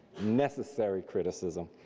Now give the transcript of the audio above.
necessary criticism.